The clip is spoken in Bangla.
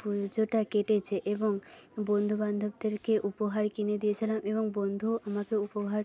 পুজোটা কেটেছে এবং বন্ধুবান্ধবদেরকে উপহার কিনে দিয়েছিলাম এবং বন্ধুও আমাকে উপহার